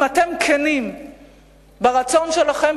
אם אתם כנים ברצון שלכם,